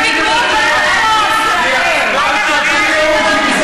מה יש לך להגיד על הפיגוע?